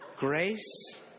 Grace